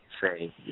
say